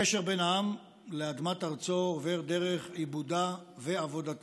הקשר בין העם לאדמת ארצו עובר דרך עיבודה ועבודתה.